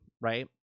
right